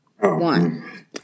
One